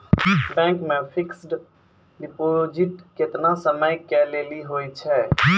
Bank मे fixed deposit केतना समय के लेली होय छै?